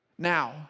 Now